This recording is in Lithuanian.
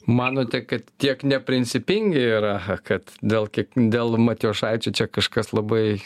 manote kad tiek neprincipingi yra kad dėl dėl matijošaičio čia kažkas labai